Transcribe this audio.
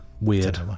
Weird